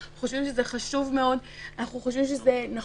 אנחנו פסיפס, ואנחנו רוצים להישאר